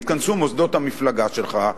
יתכנסו מוסדות המפלגה שלך,